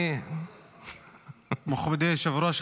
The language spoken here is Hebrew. מכובדי היושב-ראש,